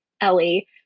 Ellie